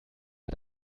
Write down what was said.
hat